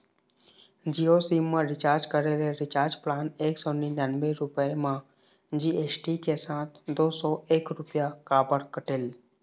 Jio SIM मा recharge करे ले रिचार्ज प्लान एक सौ निन्यानबे रुपए मा जी.एस.टी के साथ दो सौ एक रुपया काबर कटेल?